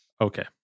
Okay